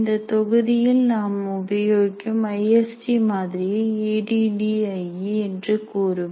இந்த தொகுதியில் நாம் உபயோகிக்கும் ஐ எஸ் டி மாதிரியை A D D I E என்று கூறுவர்